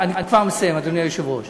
אני כבר מסיים, אדוני היושב-ראש.